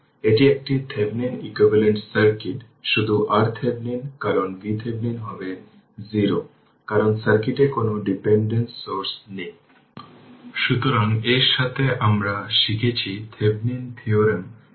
আর একটাই কথা হল যখন শর্ট সার্কিট হবে না তখন কারেন্ট ডিভিশন থাকবে